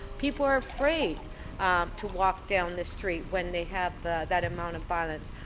people are afraid to walk down the street when they have that amount of violence.